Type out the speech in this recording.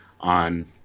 on